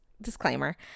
disclaimer